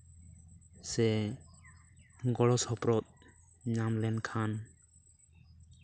ᱥᱮ ᱜᱚᱲᱚᱼᱥᱚᱯᱲᱚᱫ ᱧᱟᱢ ᱞᱮᱱᱠᱷᱟᱱ